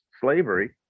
slavery